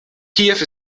kiew